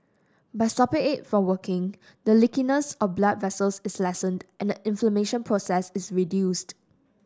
by stopping it for working the leakiness of blood vessels is lessened and the inflammation process is reduced